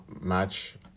match